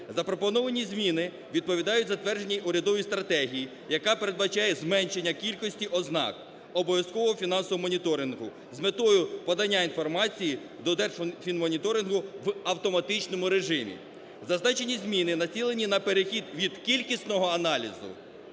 Запропоновані зміни відповідають затвердженій урядовій стратегії, яка передбачає зменшення кількості ознак обов'язкового фінансового моніторингу з метою подання інформації до Держфінмоніторингу в автоматичному режимі. Зазначені зміни націлені на перехід від кількісного аналізу